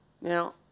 Now